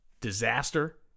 disaster